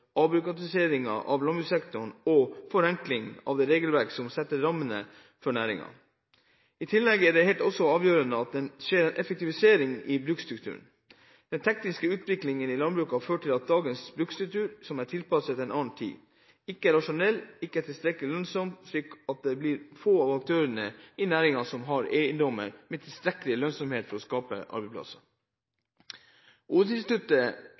av landbrukssektoren og forenkling av det regelverk som setter rammene for næringen. I tillegg er det også helt avgjørende at det skjer en effektivisering i bruksstrukturen. Den tekniske utviklingen i landbruket har ført til at dagens bruksstruktur, som er tilpasset en annen tid, ikke er rasjonell og ikke er tilstrekkelig lønnsom, slik at det blir få av aktørene i næringen som har eiendommer med tilstrekkelig lønnsomhet for å skape